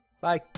bye